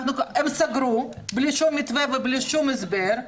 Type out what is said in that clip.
הם סגרו בלי שום מתווה ובלי שום הסבר,